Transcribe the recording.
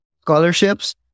Scholarships